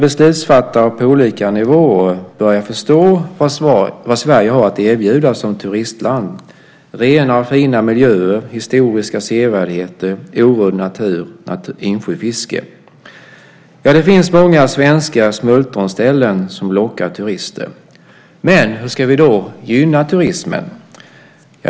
Beslutsfattare på olika nivåer börjar förstå vad Sverige har att erbjuda som turistland: rena och fina miljöer, historiska sevärdheter, orörd natur och insjöfiske. Det finns många svenska smultronställen som lockar turister. Hur ska vi då gynna turismen?